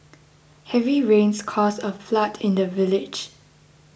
heavy rains caused a flood in the village